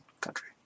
country